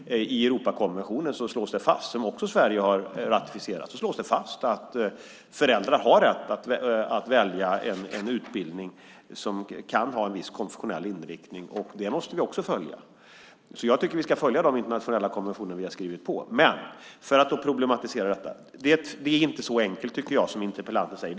I Europakonventionen, som Sverige också har ratificerat, slås det fast att föräldrar har rätt att välja en utbildning som kan ha en viss konfessionell inriktning. Det måste vi också följa. Jag tycker att vi ska följa de internationella konventioner vi har skrivit på. Men för att problematisera detta vill jag säga att det inte är så enkelt som interpellanten säger.